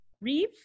Reeve